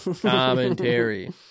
Commentary